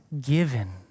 given